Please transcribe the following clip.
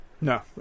No